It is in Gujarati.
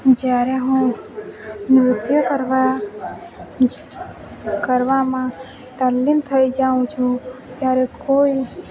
જ્યારે હું નૃત્ય કરવા કરવામાં તલ્લીન થઈ જાઉં છું ત્યારે કોઈ